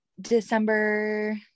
december